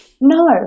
No